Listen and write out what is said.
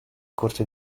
corte